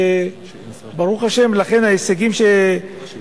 ברוך השם, לכן ההישגים שאנחנו